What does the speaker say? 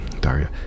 Daria